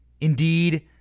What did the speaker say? Indeed